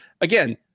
again